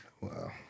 Wow